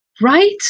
Right